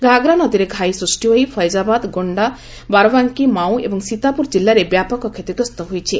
ଘାଘରା ନଦୀରେ ଘାଇ ସୃଷ୍ଟି ହୋଇ ଫୈକାବାଦ ଗୋଣ୍ଡା ବାରବାଙ୍କୀ ମାଉ ଏବଂ ସୀତାପୁର ଜିଲ୍ଲାରେ ବ୍ୟାପକ କ୍ଷତିଗ୍ରସ୍ତ ହୋଇଛି